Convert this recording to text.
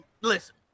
Listen